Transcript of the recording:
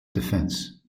defence